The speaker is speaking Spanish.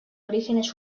orígenes